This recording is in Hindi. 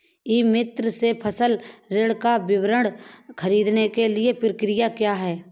ई मित्र से फसल ऋण का विवरण ख़रीदने की प्रक्रिया क्या है?